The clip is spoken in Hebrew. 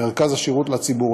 מרכז השירות לציבור.